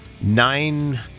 nine